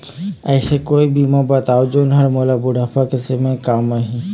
ऐसे कोई बीमा बताव जोन हर मोला बुढ़ापा के समय काम आही?